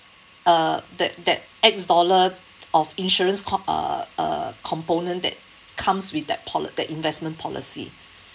uh that that X dollar of insurance com~ uh component that comes with that poli~ the investment policy